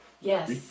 yes